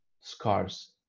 scars